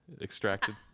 extracted